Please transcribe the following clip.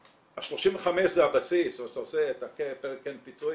זה הבסיס ואתה עושה קרן פיצויים,